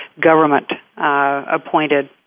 government-appointed